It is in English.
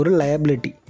liability